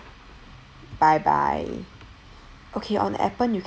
bye bye okay on Appen you